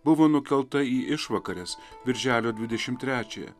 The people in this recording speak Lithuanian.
buvo nukelta į išvakares birželio dvidešimt trečiąją